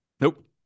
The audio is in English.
Nope